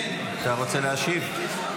אתה רוצה להשיב?